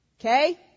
Okay